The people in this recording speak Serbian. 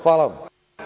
Hvala vam.